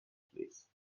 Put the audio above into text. please